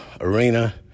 arena